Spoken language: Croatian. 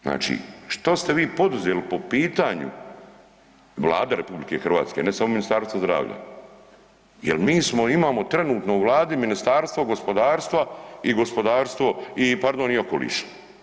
Znači, što ste vi poduzeli po pitanju, Vlada RH, ne samo Ministarstvo zdravlja jer mi smo, imamo trenutno u Vladi Ministarstvo gospodarstva i gospodarstvo, i pardon, i okoliša.